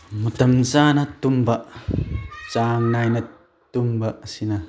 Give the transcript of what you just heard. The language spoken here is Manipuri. ꯃꯇꯝ ꯆꯥꯅ ꯇꯨꯝꯕ ꯆꯥꯡ ꯅꯥꯏꯅ ꯇꯨꯝꯕ ꯑꯁꯤꯅ